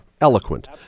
eloquent